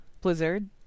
Blizzard